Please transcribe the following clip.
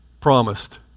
promised